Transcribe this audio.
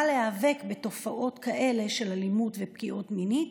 להיאבק בתופעות כאלה של אלימות ופגיעות מיניות,